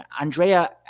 Andrea